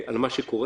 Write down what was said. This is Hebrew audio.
על מה שקורה.